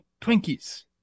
Twinkies